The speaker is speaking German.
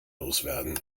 loswerden